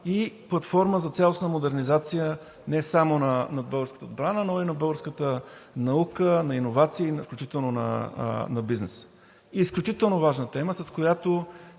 и платформа за цялостна модернизация, не само на българската отбрана, но и на българската наука, на иновациите, включително и на бизнеса. Изключително важна тема, с която